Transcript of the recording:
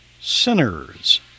Sinners